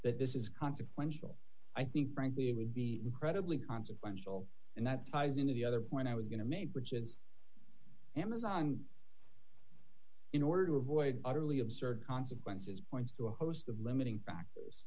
that this is consequential i think frankly it would be incredibly consequential and that ties into the other point i was going to make which is amazon in order to avoid utterly absurd consequences points to a host of limiting factors